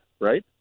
right